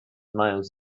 miles